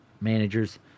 managers